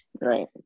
Right